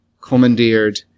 commandeered